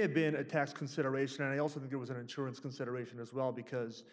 have been a tax consideration and i also think it was an insurance consideration as well because